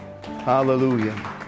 Hallelujah